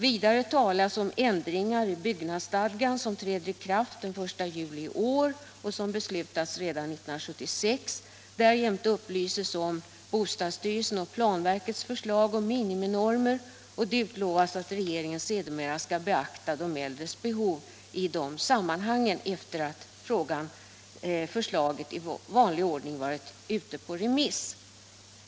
Vidare talas om ändringar i byggnadsstadgan som träder i kraft den 1 juli i år och som beslutades redan 1976. Därjämte upplyses om bostadsstyrelsens och planverkets förslag om miniminormer, och det utlovas att regeringen sedermera skall beakta de äldres behov i de sammanhangen -— efter det att förslaget i vanlig ordning varit på remiss.